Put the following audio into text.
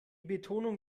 betonung